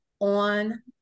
on